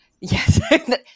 Yes